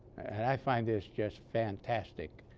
and i find this just fantastic